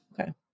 Okay